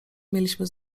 mieliśmy